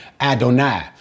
Adonai